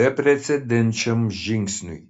beprecedenčiam žingsniui